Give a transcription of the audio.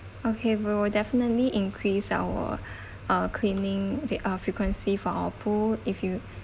okay we will definitely increase our uh cleaning uh frequency for our pool if you